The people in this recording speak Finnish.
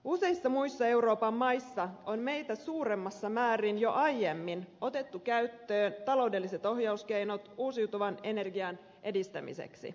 useissa muissa euroopan maissa on meitä suuremmassa määrin jo aiemmin otettu käyttöön taloudelliset ohjauskeinot uusiutuvan energian edistämiseksi